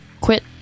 Quit